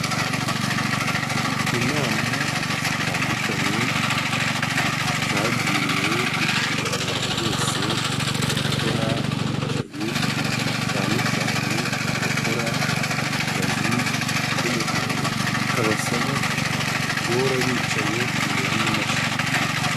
Inama zitandukanye zagiriwe umuntu wese ukora yicaye, cyane cyane abakora akazi ko mu biro, kabasaba guhora bicaye imbere y'imashini.